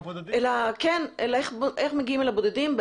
איך מגיעים אל הבודדים,